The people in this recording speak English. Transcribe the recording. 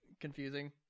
confusing